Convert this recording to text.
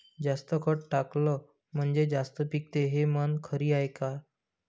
जास्त खत टाकलं म्हनजे जास्त पिकते हे म्हन खरी हाये का?